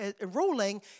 ruling